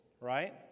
right